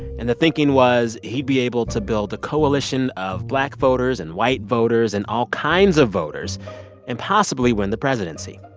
and the thinking was he'd be able to build a coalition of black voters and white voters and all kinds of voters and possibly win the presidency.